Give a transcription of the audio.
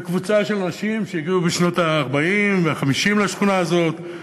בקבוצה של אנשים שהגיעו בשנות ה-40 וה-50 לשכונה הזאת.